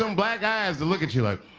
um black guys to look at you like